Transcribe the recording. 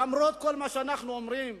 למרות כל מה שאנחנו אומרים,